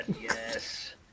yes